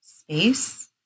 space